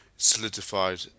Solidified